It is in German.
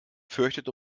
fürchtet